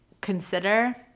consider